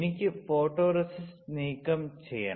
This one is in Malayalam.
എനിക്ക് ഫോട്ടോറെസിസ്റ്റ് നീക്കംചെയ്യണം